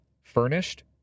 furnished